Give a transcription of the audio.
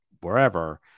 wherever